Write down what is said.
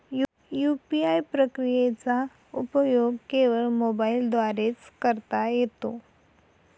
UPI प्रक्रियेचा उपयोग केवळ मोबाईलद्वारे च करता येतो का?